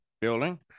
building